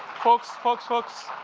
folks, folks, folks,